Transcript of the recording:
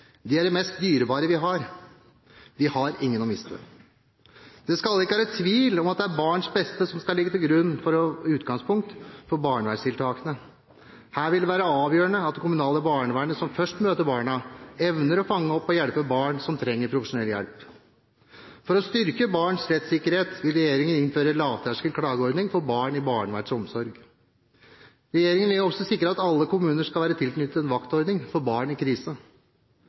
De er det mest dyrebare vi har. Vi har ingen å miste. Det skal ikke være tvil om at det er barns beste som skal ligge til grunn for barnevernstiltakene. Her vil det være avgjørende at det kommunale barnevernet, som først møter barna, evner å fange opp og hjelpe barn som trenger profesjonell hjelp. For å styrke barns rettssikkerhet vil regjeringen innføre en lavterskel klageordning for barn under barnevernets omsorg. Regjeringen vil også sikre at alle kommuner skal være tilknyttet en vaktordning for barn i krise.